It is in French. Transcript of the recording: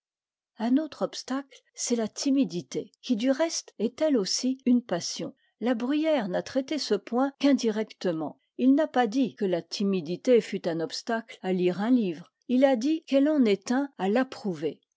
un autre obstacle c'est la timidité qui du reste est elle aussi une passion la bruyère n'a traité ce point qu'indirectement il n'a pas dit que la timidité fût un obstacle à lire un livre il a dit qu'elle en est un à l'approuver